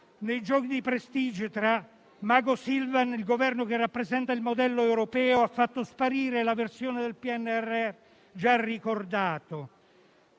Nei giochi di prestigio da mago Silvan, il Governo che rappresenta il modello europeo ha fatto sparire la versione del PNRR, come già ricordato,